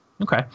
okay